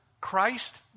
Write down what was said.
Christ